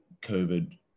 COVID